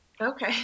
Okay